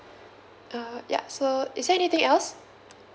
uh ya so is there anything else